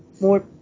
more